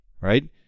right